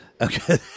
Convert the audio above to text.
Okay